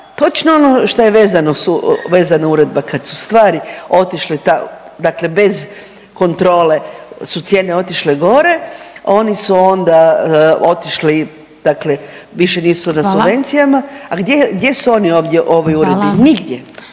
točno ono što je vezano uz Uredbu kada su stvari otišle dakle bez kontrole su cijene otišle gore oni su onda otišli, dakle više nisu na subvencijama. … /Upadica Glasovac: Hvala./ … A gdje